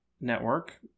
Network